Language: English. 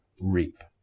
reap